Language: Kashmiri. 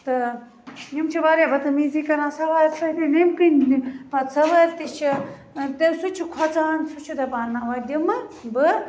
تہٕ یِم چھِ واریاہ بَدتَمیٖزی کَران سَوارِ سۭتۍ ییٚمۍ کِنۍ پَتہٕ سَوٲرۍ تہِ چھِ تہٕ سُہ تہِ چھِ کھۄژان سُہ چھُ دَپان نَہ وۄنۍ دِمہٕ بہٕ